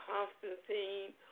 Constantine